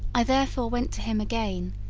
i therefore went to him again,